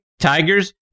Tigers